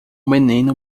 menino